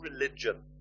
religion